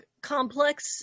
complex